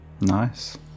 Nice